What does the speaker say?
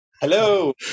hello